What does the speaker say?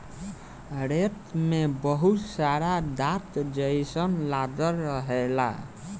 rake में बहुत सारा दांत जइसन लागल रहेला